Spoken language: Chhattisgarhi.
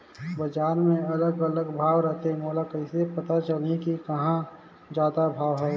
बजार मे अलग अलग भाव रथे, मोला कइसे पता चलही कि कहां जादा भाव हे?